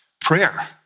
prayer